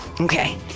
Okay